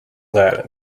that